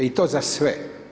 I to za sve.